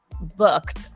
booked